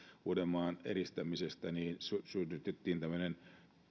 uudenmaan eristämisestä niin synnytettiin tämmöinen